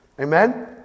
Amen